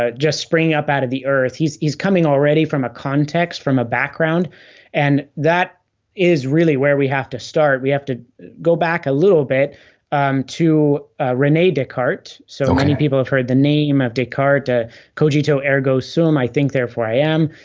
ah just springing up out of the earth. he's coming already from a context from a background and that is really where we have to start. we have to go back a little bit to rene descartes. so, many people have heard the name of descartes cogito ergo sum i think therefore i am,